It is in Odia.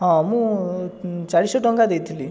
ହଁ ମୁଁ ଚାରିଶହ ଟଙ୍କା ଦେଇଥିଲି